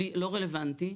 לא רלוונטי,